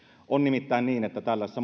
on nimittäin niin että tällaisessa